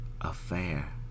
affair